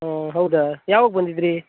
ಹಾಂ ಹೌದಾ ಯಾವಾಗ ಬಂದಿದ್ರಿ